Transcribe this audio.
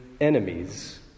enemies